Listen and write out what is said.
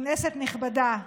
כנסת נכבדה,